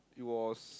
it was